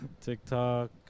TikTok